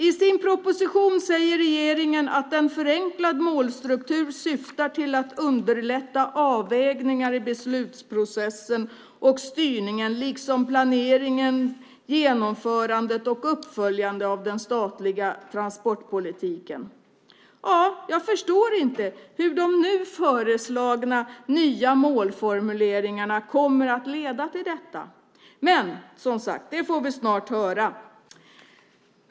I sin proposition säger regeringen att en förenklad målstruktur syftar till att underlätta avvägningar i beslutsprocessen och styrningen, liksom planeringen, genomförandet och uppföljningen av den statliga transportpolitiken. Jag förstår inte hur de nu föreslagna nya målformuleringarna kommer att leda till detta. Men, som sagt, det får vi snart höra.